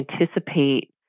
anticipate